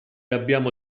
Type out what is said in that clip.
abbiamo